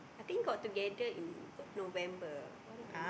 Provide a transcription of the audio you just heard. I think got together in got November one of the November